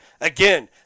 Again